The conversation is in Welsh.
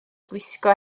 gwisgo